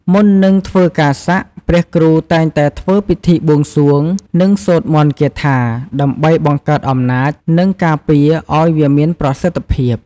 មុននឹងធ្វើការសាក់ ព្រះគ្រូតែងតែធ្វើពិធីបួងសួង និងសូត្រមន្តគាថា ដើម្បីបង្កើតអំណាច និងការពារអោយវាមានប្រសិទ្ធភាព។